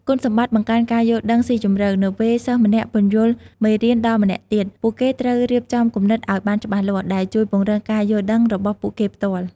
គុណសម្បត្តិបង្កើនការយល់ដឹងស៊ីជម្រៅ នៅពេលសិស្សម្នាក់ពន្យល់មេរៀនដល់ម្នាក់ទៀត ពួកគេត្រូវរៀបចំគំនិតឲ្យបានច្បាស់លាស់ ដែលជួយពង្រឹងការយល់ដឹងរបស់ពួកគេផ្ទាល់។